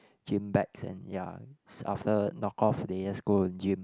gym bags and ya after knock off they just go in gym